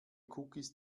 cookies